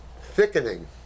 thickening